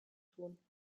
tun